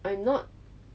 I'm not